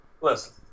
Listen